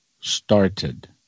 started